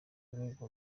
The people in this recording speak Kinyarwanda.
urwego